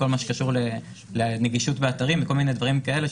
בכל מה שקשור לנגישות באתרים וכל מיני דברים כאלה.